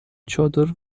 چادر